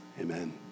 Amen